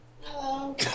Hello